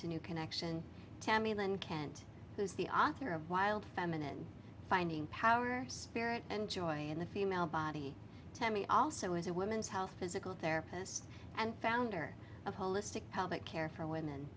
to new connection tammy lynn kent who's the author of wild feminine finding power spirit and joy in the female body to me also is a women's health physical therapist and founder of holistic health care for women